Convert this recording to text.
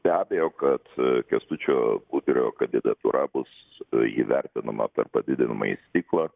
be abejo kad kęstučio budrio kandidatūra bus įvertinama per padidinamąjį stiklą